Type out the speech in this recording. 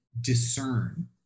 discern